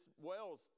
Wells